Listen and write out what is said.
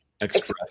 Express